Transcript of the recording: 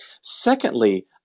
Secondly